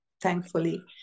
thankfully